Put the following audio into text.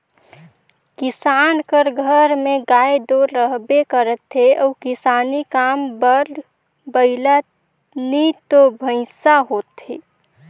किसान कर घर में गाय दो रहबे करथे अउ किसानी काम बर बइला नी तो भंइसा होथे